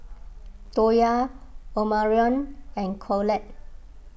Toya Omarion and Collette